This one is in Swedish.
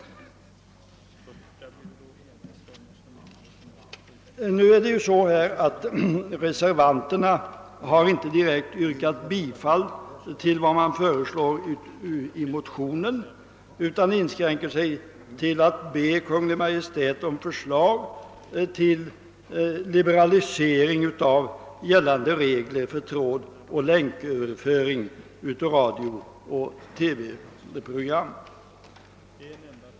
Reservanterna har inte direkt yrkat bifall till motionen utan inskränker sig till att föreslå anhållan hos Kungl. Maj:t om förslag till liberalisering av gällande regler för trådoch länköverföring av radiooch TV-program.